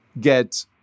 get